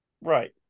Right